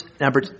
number